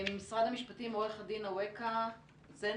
משרד המשפטים, עורך הדין אקווה זנה,